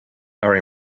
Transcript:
are